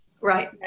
Right